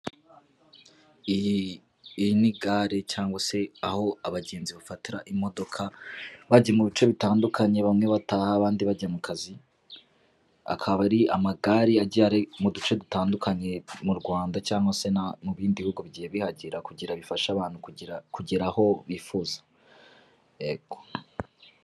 Iri ni gare cyangwa se aho abagenzi bafatira imodoka bajya mu bice bitandukanye bamwe bataha abandi bajya mu kazi, akaba ari amagare agiye ari mu duce dutandukanye mu Rwanda cyangwa se no mu bindi bihugu bigiye bihagira kugira ngo bifashe abantu kugera aho bifuza, yego.